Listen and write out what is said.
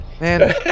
Man